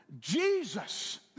Jesus